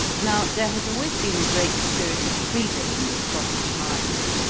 now there has always been a great spirit of freedom in the scottish mind.